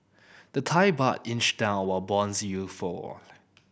the Thai Baht inched down while bonds you for